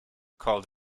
called